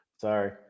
sorry